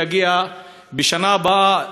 והוא יגיע בשנה הבאה,